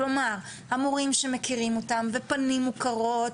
כלומר המורים שמכירים אותם ופנים מוכרות